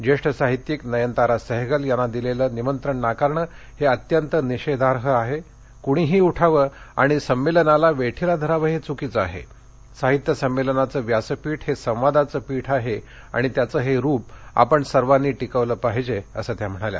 ज्येष्ठ साहित्यिक नयनतारा सहगल यांना दिलेलं निमंत्रण नाकारणं हे अत्यंत निषेधार्ह आहे कुणीही उठावं आणि संमेलनाला वेठीला धरावं हे चुकीचं आहे साहित्य संमेलनाचं व्यासपीठ हे संवादाचं पीठ आहे आणि त्याचं हे रूप आपण सर्वांनी टिकवलं पाहिजे असं त्या म्हणाल्या